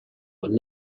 would